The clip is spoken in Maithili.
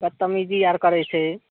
बदतमिजी आर करय छै